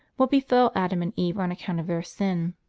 what befell adam and eve on account of their sin?